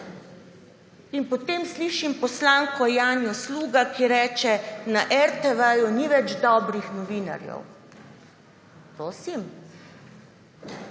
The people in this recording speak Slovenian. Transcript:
In potem slišim poslanko Janjo Sluga, ki reče: »Na RTV ni več dobrih novinarjev.« Prosim?!